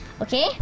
okay